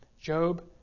Job